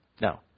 No